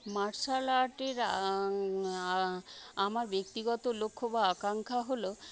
martial আর্টের আমার ব্যক্তিগত লক্ষ্য বা আকাঙ্খা হল